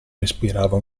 respirava